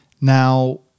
Now